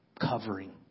covering